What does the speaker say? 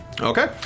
Okay